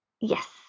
yes